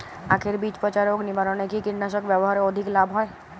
আঁখের বীজ পচা রোগ নিবারণে কি কীটনাশক ব্যবহারে অধিক লাভ হয়?